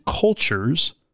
cultures